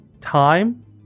time